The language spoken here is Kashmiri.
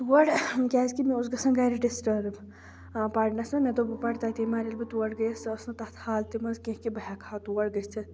تور کیازِکہِ مےٚ اوس گژھان گَرِ ڈِسٹٲرٕب پَرنَس منٛز مےٚ دوٚپ بہٕ پَرٕ تَتے مگر ییٚلہِ بہٕ تور گٔیَس سۄ ٲس نہٕ تَتھ حالتہِ منٛز کینٛہہ کہِ بہٕ ہیٚکہٕ ہا تور گٔژھِتھ